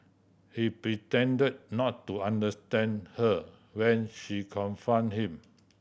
he pretended not to understand her when she confronted him